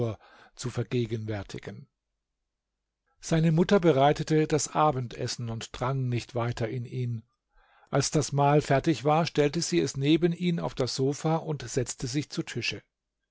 zu vergegenwärtigen seine mutter bereitete das abendessen und drang nicht weiter in ihn als das mahl fertig war stellte sie es neben ihn auf das sofa und setzte sich zu tische